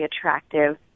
attractive